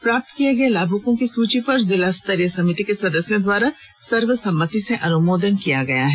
प्राप्त किए गए लाभुकों की सूची पर जिला स्तरीय समिति के सदस्यों द्वारा सर्वसम्मति से अनुमोदन किया गया है